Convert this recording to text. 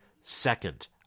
second